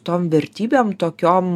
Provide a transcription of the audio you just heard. tom vertybėm tokiom